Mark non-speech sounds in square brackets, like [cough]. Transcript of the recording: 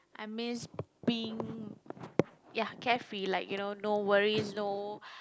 I miss being [noise] ya carefree like you know no worries no